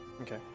Okay